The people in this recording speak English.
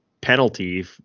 penalty